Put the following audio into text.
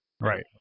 right